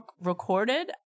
recorded